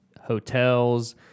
hotels